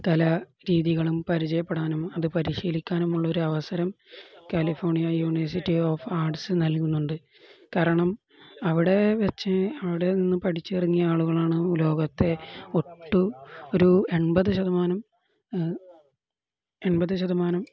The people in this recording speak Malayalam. കലാരീതികളും പരിചയപ്പെടാനും അതു പരിശീലിക്കാനുമുള്ളൊരവസരം കാലിഫോർണിയ യൂണിവേഴ്സിറ്റി ഓഫ് ആർട്സ് നൽകുന്നുണ്ട് കാരണം അവിടെവച്ച് അവിടെനിന്നു പഠിച്ചിറങ്ങിയ ആളുകളാണു ലോകത്തെ ഒരു എൺപതു ശതമാനം എൺപതു ശതമാനം